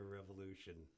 Revolution